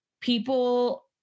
people